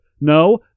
No